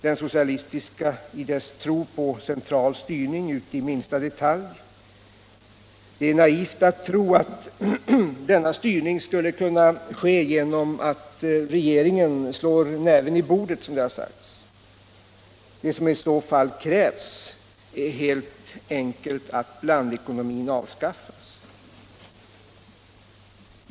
Den socialistiska ideologin och dess tro på central styrning i minsta detalj utgör den ena. Det är naivt att tro att denna styrning skulle kunna ske genom att regeringen ”slår näven i bordet”, som det sagts. Vad som i så fall krävs är helt enkelt att blandekonomin avskaffas.